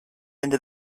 into